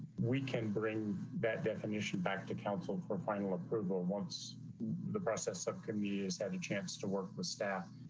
we can bring that definition back to counsel for final approval. once the process subcommittees had a chance to work with staff.